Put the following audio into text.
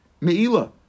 Me'ila